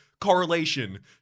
correlation